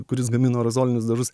kuris gamino aerozolinius dažus